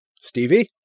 Stevie